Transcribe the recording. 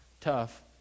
tough